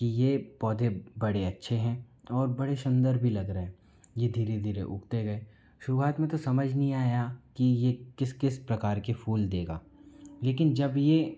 कि यह पौधे बड़े अच्छे हैं और बड़े सुन्दर भी लग रहे हैं यह धीरे धीरे उगते गए शुरुवात में तो समझ में नहीं आया कि यह किस किस प्रकार के फूल देगा लेकिन जब यह